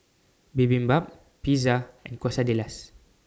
Bibimbap Pizza and Quesadillas